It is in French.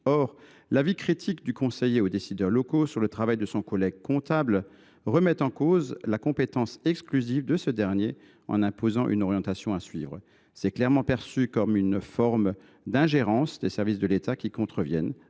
Or l’avis critique du conseiller aux décideurs locaux sur le travail de son collègue comptable remet en cause la compétence exclusive de ce dernier en imposant une orientation à suivre. Un tel avis est clairement perçu comme une forme d’ingérence des services de l’État qui contrevient,